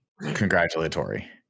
congratulatory